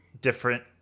different